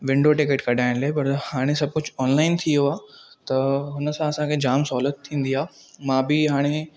window ticket कढाइण लाइ पर हाणे सभु कुझु ऑनलाइन थी वियो आहे त हुन सां असांखे जाम सहुलियत थींदी आहे मां बि हाणे